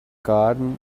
garden